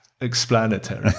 explanatory